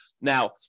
Now